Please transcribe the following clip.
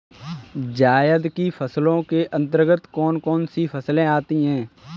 जायद की फसलों के अंतर्गत कौन कौन सी फसलें आती हैं?